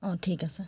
অঁ ঠিক আছে